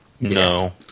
no